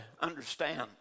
understand